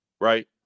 Right